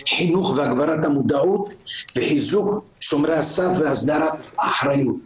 חינוך והגברת המודעות וחיזוק שומרי הסף והסדרת האחריות.